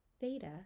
theta